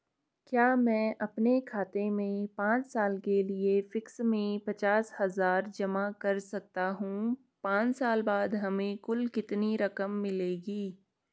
क्या मैं अपने खाते में पांच साल के लिए फिक्स में पचास हज़ार जमा कर सकता हूँ पांच साल बाद हमें कुल कितनी रकम मिलेगी?